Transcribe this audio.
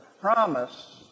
promise